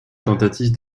tentative